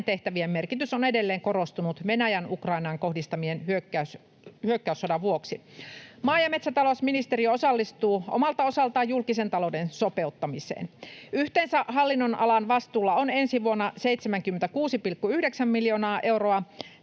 tehtävien merkitys on edelleen korostunut Venäjän Ukrainaan kohdistaman hyökkäyssodan vuoksi. Maa- ja metsätalousministeriö osallistuu omalta osaltaan julkisen talouden sopeuttamiseen. Yhteensä hallinnonalan vastuulla on ensi vuonna 76,9 miljoonan euron